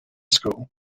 school